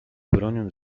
bronią